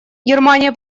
германия